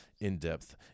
in-depth